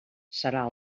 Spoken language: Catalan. serà